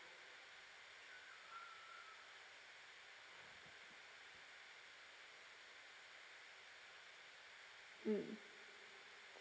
mm